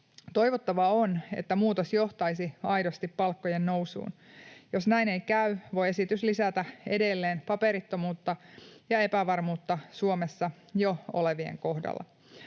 Toivottavaa on, että muutos johtaisi aidosti palkkojen nousuun. Jos näin ei käy, voi esitys lisätä edelleen paperittomuutta ja epävarmuutta Suomessa jo olevien kohdalla.